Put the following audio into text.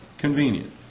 Convenient